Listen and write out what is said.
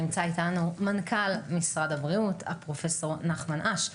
נמצא איתנו מנכ"ל משרד הבריאות, פרופ' נחמן אש.